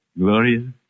Gloria